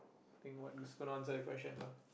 think what is gonna answer the question lah